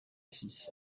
six